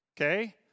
Okay